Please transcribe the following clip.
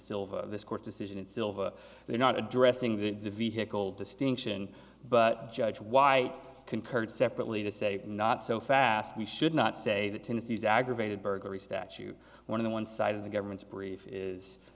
silver this court decision in silver they're not addressing the vehicle distinction but judge white concurred separately to say not so fast we should not say that tennessee is aggravated burglary statute one of the inside of the government's brief